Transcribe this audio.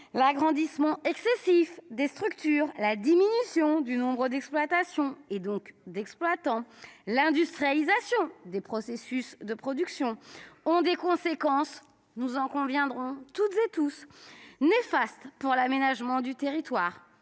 l'agrandissement excessif des structures, la diminution du nombre d'exploitations et d'exploitants et l'industrialisation des processus de production ont des conséquences néfastes pour l'aménagement du territoire,